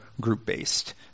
group-based